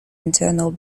internal